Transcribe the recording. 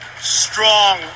strong